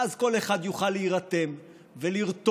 ואז כל אחד יוכל להירתם ולרתום,